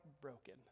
broken